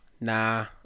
Nah